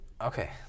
Okay